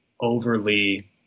overly